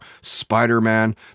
Spider-Man